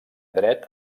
dret